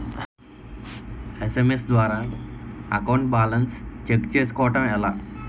SMS ద్వారా account balance check చేసుకోవటం ఎలా?